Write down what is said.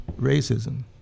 racism